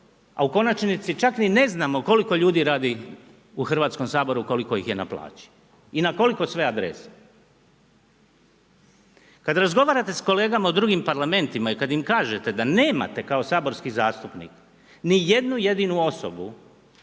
a u konačnici čak ni ne znamo koliko ljudi radi u Hrvatskom saboru, koliko ih je na plaći i na koliko sve adresa. Kad razgovarate s kolegama u drugim Parlamentima i kad im kažete da nemate kao saborski zastupnik nijednu jedinu osobu